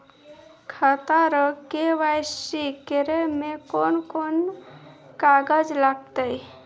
खाता रो के.वाइ.सी करै मे कोन कोन कागज लागतै?